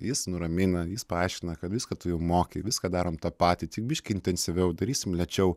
jis nuramina jis paaiškina kad viską tu jau moki viską darome tą patį tik biškį intensyviau darysim lėčiau